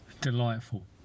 Delightful